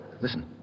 listen